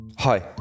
Hi